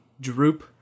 Droop